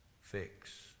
fix